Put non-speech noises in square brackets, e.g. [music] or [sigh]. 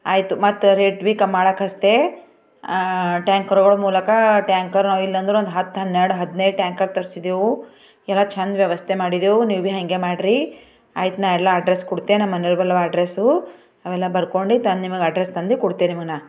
ಆಯ್ತು ಮತ್ತೆ ರೇಟ್ ಬಿ ಕಮ್ಮಿ [unintelligible] ಟ್ಯಾಂಕರ್ಗಳ ಮೂಲಕ ಟ್ಯಾಂಕರ್ ಇಲ್ಲಾಂದ್ರೂ ಒಂದು ಹತ್ತು ಹನ್ನೆರಡು ಹದಿನೈದು ಟ್ಯಾಂಕರ್ ತರಿಸಿದೆವು ಎಲ್ಲ ಚೆಂದ ವ್ಯವಸ್ಥೆ ಮಾಡಿದೆವು ನೀವು ಬೀ ಹಾಗೆ ಮಾಡ್ರಿ ಆಯ್ತು ನಾ ಎಲ್ಲ ಅಡ್ರೆಸ್ ಕೊಡ್ತೆ ನಮ್ಮನೆಯ [unintelligible] ಅಡ್ರೆಸು ಆಮೇಲೆ ಬರ್ಕೊಂಡು ತಂದು ನಿಮಗೆ ಅಡ್ರೆಸ್ ತಂದು ಕೊಡ್ತೆ ನಿಮಗೆ ನಾ